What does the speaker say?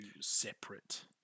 separate